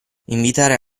invitare